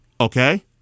Okay